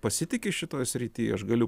pasitiki šitoj srity aš galiu